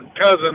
cousin